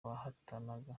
bahatanaga